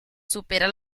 supera